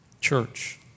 Church